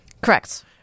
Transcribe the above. Correct